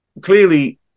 clearly